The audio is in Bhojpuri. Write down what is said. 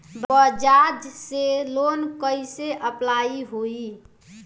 बज़ाज़ से लोन कइसे अप्लाई होई?